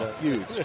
Huge